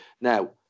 now